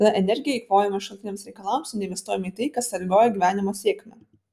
tada energiją eikvojame šalutiniams reikalams o neinvestuojame į tai kas sąlygoja gyvenimo sėkmę